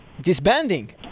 disbanding